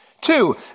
Two